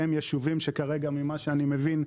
הם יישובים שכרגע ממה שאני מבין,